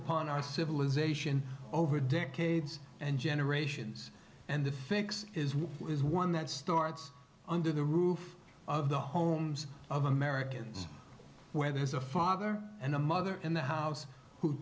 upon our civilization over decades and generations and the fix is what is one that starts under the roof of the homes of americans where there's a father and a mother in the house who